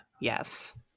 Yes